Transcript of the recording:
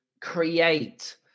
create